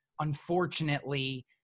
unfortunately